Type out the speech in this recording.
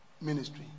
ministry